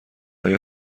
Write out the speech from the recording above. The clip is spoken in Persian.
آیا